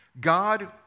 God